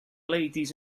ladies